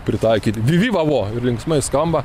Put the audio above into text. pritaikyt vivi vavo ir linksmai skamba